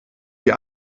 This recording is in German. die